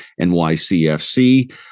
NYCFC